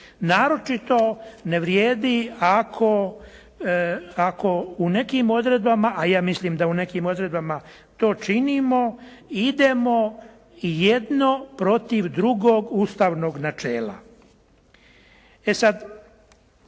naročito ne vrijedi ako u nekim odredbama, a ja mislim da u nekim odredbama to činimo, idemo jedno protiv drugog ustavnog načela. E sada